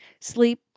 Sleep